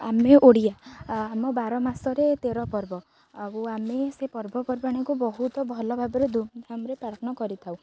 ଆମେ ଓଡ଼ିଆ ଆମ ବାର ମାସରେ ତେର ପର୍ବ ଆଉ ଆମେ ସେ ପର୍ବପର୍ବାଣିକୁ ବହୁତ ଭଲ ଭାବରେ ଧୁମଧାମରେ ପାଳନ କରିଥାଉ